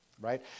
right